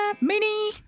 mini